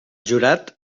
jurat